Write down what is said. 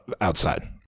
outside